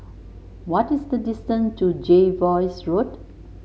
what is the distance to Jervois Road